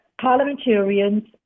parliamentarians